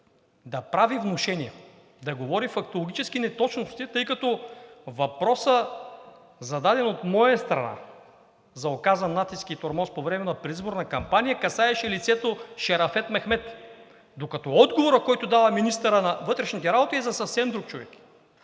да прави внушения, да говори фактологически неточности, тъй като въпросът, зададен от моя страна за оказан натиск и тормоз по време на предизборна кампания, касаеше лицето Шерафет Мехмед, докато отговорът, който дава министърът на вътрешните работи, е за съвсем друг човек,